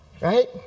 Right